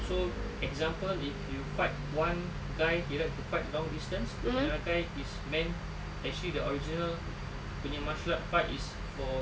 so example if you fight one guy he like to fight long distance another guy is meant actually the original punya martial arts fight is for